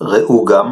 ראו גם